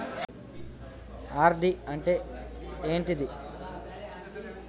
RD అంటే ఏంటిది?